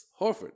Horford